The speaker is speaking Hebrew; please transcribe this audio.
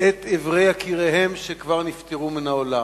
את איברי יקיריהן, שכבר נפטרו מהעולם.